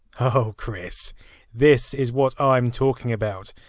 oh chris this is what i'm talking about.